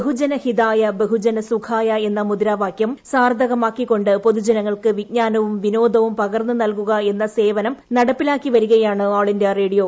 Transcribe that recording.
ബഹുജനഹിതായ ബഹുജനസുഖായ എന്ന മുദ്രാവാക്യം സാർത്ഥകമാക്കിക്കൊണ്ട് പൊതുജനങ്ങൾക്ക് വിജ്ഞാനവും വിനോദവും പകർന്നു നൽകുക എന്ന സേവനം നടപ്പിലാക്കി വരികയാണ് ഓൾ ഇന്ത്യാ റേഡിയോ